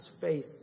faith